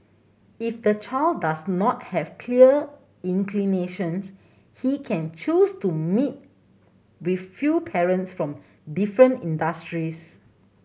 if the child does not have clear inclinations he can choose to meet with few parents from different industries